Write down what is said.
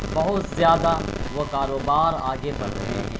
بہت زیادہ وہ کاروبار آگے بڑھ رہے ہیں